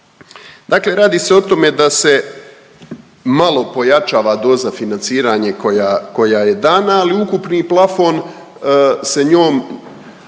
Dakle, radi se o tome da se malo pojačava doza financiranja koja je dana, ali ukupni plafon se njom